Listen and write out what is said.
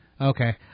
Okay